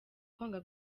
kwanga